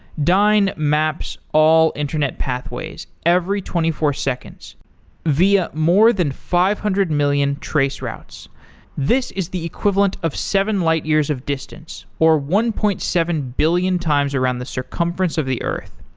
dyn maps all internet pathways every twenty four seconds via more than five hundred million traceroutes. this is the equivalent of seven light years of distance, or one point seven billion times around the circumference of the earth.